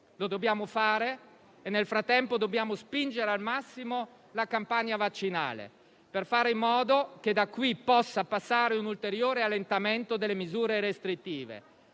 Lo dobbiamo fare e nel frattempo dobbiamo spingere al massimo la campagna vaccinale, per fare in modo che da qui possa passare un ulteriore allentamento delle misure restrittive,